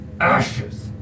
ashes